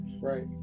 Right